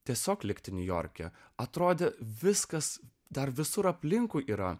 tiesiog likti niujorke atrodė viskas dar visur aplinkui yra